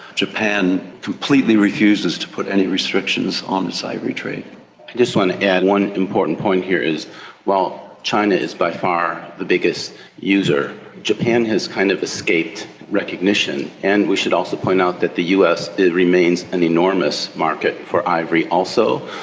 japan completely refuses to put any restriction on its ivory trade. i just want to add one important point here is while china is by far the biggest user, japan has kind of escaped recognition, and we should also point out that the us remains an enormous market for ivory also.